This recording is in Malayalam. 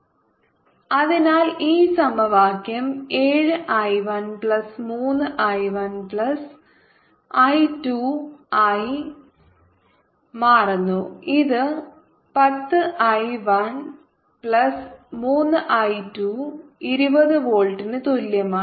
II1I27I13I1I220V 10I13I220 V അതിനാൽ ഈ സമവാക്യം ഏഴ് I 1 plus 3 I 1 plus I 2 ആയി മാറുന്നു ഇത് 10 I 1 പ്ലസ് 3 I 2 20 വോൾട്ടിന് തുല്യമാണ്